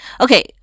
Okay